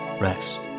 rest